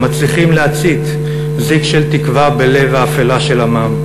המצליחים להצית זיק של תקווה בלב האפלה של עמם.